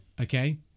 Okay